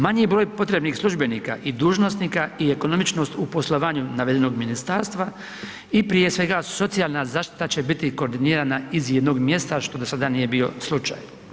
Manji broj potrebnih službenika i dužnosnika i ekonomičnost u poslovanju navedenog ministarstva i prije svega socijalna zaštita će biti koordinirana iz jednog mjesta što do sada nije bio slučaj.